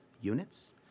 units